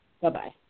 Bye-bye